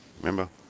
Remember